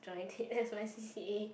join it as my c_c_a